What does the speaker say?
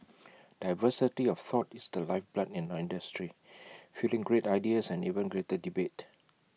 diversity of thought is the lifeblood in nine industry fuelling great ideas and even greater debate